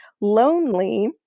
lonely